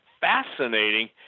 fascinating